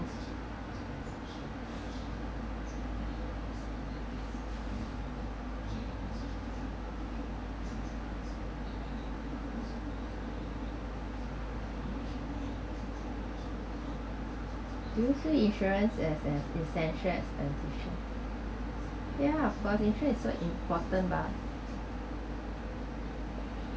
do you see insurance as an ya of course insurance not important but